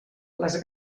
les